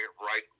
right